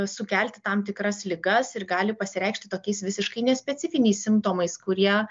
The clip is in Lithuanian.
sukelti tam tikras ligas ir gali pasireikšti tokiais visiškai nespecifiniais simptomais kurie